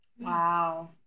Wow